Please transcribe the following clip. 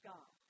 God